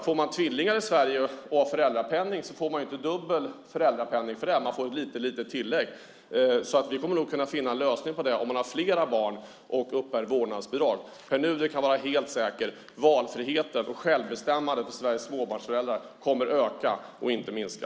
Får man tvillingar i Sverige och har föräldrapenning får man inte dubbel föräldrapenning, utan man får ett litet tillägg. Vi kommer nog att kunna finna en lösning för dem som har flera barn och uppbär vårdnadsbidrag. Pär Nuder kan vara helt säker: Valfriheten och självbestämmandet för Sveriges småbarnsföräldrar kommer att öka och inte minska.